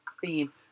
theme